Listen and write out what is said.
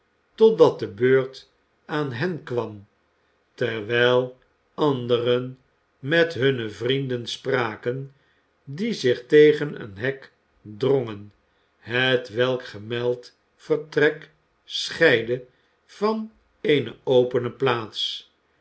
totdat de beurt aan hen kwam terwijl anderen met hunne vrienden spraken die zich tegen een hek drongen hetwelk gemeld vertrek scheidde van eene opene plaats